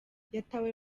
yatawe